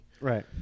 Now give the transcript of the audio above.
Right